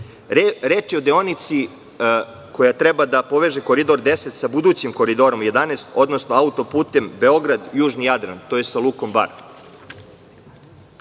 je o deonici koja treba da poveže Koridor 10 sa budućim Koridorom 11, odnosno autoputom Beograd – Južni Jadran, tj. sa lukom